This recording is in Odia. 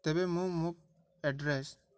ତେବେ ମୁଁ ମୋ ଆଡ୍ରେସ୍